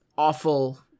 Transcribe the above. awful